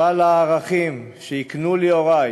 אבל הערכים שהקנו לי הורי,